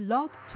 Love